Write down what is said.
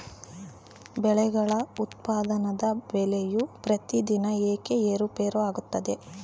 ಬೆಳೆಗಳ ಉತ್ಪನ್ನದ ಬೆಲೆಯು ಪ್ರತಿದಿನ ಏಕೆ ಏರುಪೇರು ಆಗುತ್ತದೆ?